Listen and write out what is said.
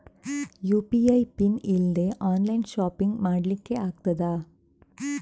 UPI pin ಇಲ್ದೆ online shopping ಮಾಡ್ಲಿಕ್ಕೆ ಆಗ್ತದಾ?